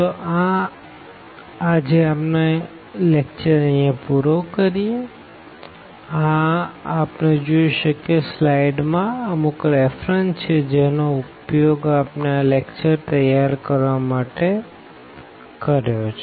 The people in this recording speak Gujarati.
તો આ અમુક રેફરન્સ છે જેનો ઉપયોગ આ લેકચર તૈયાર કરવા માટે થયો છે